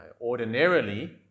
ordinarily